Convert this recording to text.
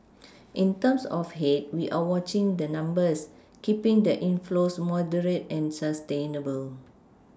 in terms of head we are watching the numbers keePing the inflows moderate and sustainable